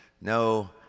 No